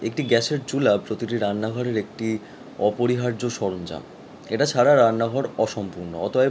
একটি গ্যাসের চুল্লি প্রতিটি রান্নাঘরের একটি অপরিহার্য সরঞ্জাম এটা ছাড়া রান্নাঘর অসম্পূর্ণ অতএব